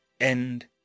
End